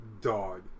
dog